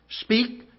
speak